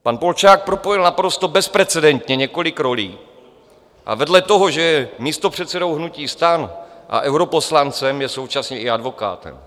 Pan Polčák propojil naprosto bezprecedentně několik rolí a vedle toho, že je místopředsedou hnutí STAN a europoslancem, je současně i advokátem.